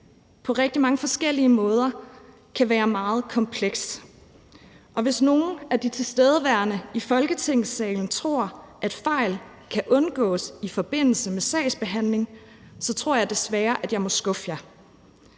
mange forskellige måder kan være meget kompleks. Og hvis nogen af de tilstedeværende i Folketingssalen tror, at fejl kan undgås i forbindelse med sagsbehandling, så tror jeg desværre, at jeg må skuffe dem.